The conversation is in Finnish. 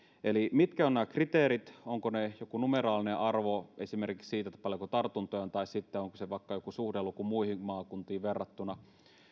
mitkä ovat nämä kriteerit onko se joku numeraalinen arvo esimerkiksi siitä paljonko tartuntoja on vai onko se vaikka joku suhdeluku muihin maakuntiin verrattuna